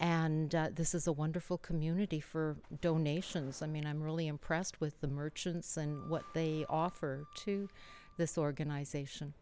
and this is a wonderful community for donations i mean i'm really impressed with the merchants and what they offer to this organization